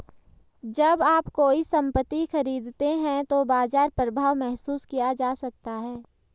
जब आप कोई संपत्ति खरीदते हैं तो बाजार प्रभाव महसूस किया जा सकता है